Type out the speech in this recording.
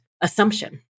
assumption